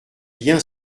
bien